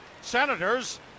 Senators